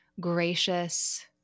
gracious